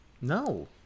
No